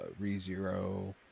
ReZero